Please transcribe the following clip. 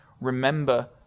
remember